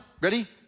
ready